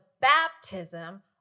baptism